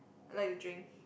I like to drink